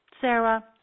Sarah